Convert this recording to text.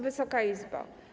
Wysoka Izbo!